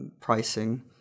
pricing